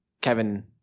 Kevin –